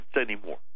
anymore